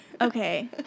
okay